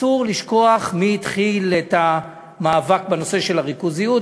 אסור לשכוח מי התחיל את המאבק בנושא הריכוזיות.